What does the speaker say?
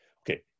okay